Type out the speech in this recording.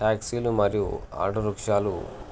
ట్యాక్సీలు మరియు ఆటో రిక్షాలు